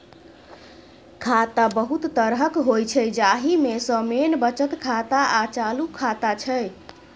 खाता बहुत तरहक होइ छै जाहि मे सँ मेन बचत खाता आ चालू खाता छै